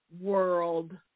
world